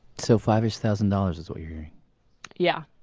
so five ish thousand dollars is what you're here. yeah